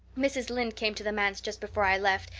mrs. lynde came to the manse just before i left,